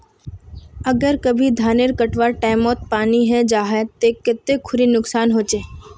अगर कभी धानेर कटवार टैमोत पानी है जहा ते कते खुरी नुकसान होचए?